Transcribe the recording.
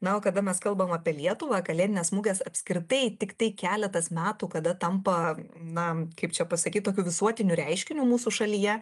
na o kada mes kalbam apie lietuvą kalėdinės mugės apskritai tiktai keletas metų kada tampa na kaip čia pasakyt tokiu visuotiniu reiškiniu mūsų šalyje